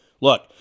Look